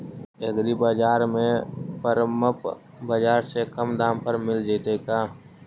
एग्रीबाजार में परमप बाजार से कम दाम पर मिल जैतै का?